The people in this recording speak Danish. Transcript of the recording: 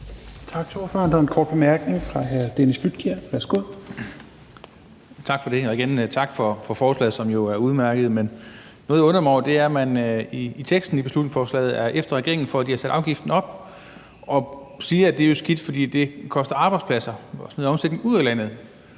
Tak for det. Igen vil jeg sige tak for forslaget, som jo er udmærket, men noget, jeg undrer mig over, er, at man i teksten i beslutningsforslaget er efter regeringen, fordi de har sat afgiften op, og man siger, at det er skidt, fordi det koster arbejdspladser og sender omsætning ud af landet.